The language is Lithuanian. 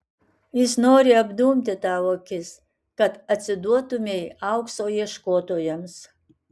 jis nori apdumti tau akis kad atsiduotumei aukso ieškotojams